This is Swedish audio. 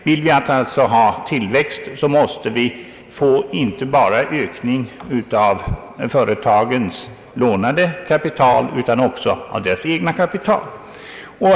Vill vi alltså ha tillväxt, måste vi ha inte bara en ökning av företagens lånade kapital utan också en ökning av det egna kapitalet.